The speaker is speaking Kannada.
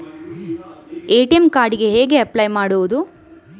ಎ.ಟಿ.ಎಂ ಕಾರ್ಡ್ ಗೆ ಹೇಗೆ ಅಪ್ಲೈ ಮಾಡುವುದು?